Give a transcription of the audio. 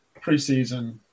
preseason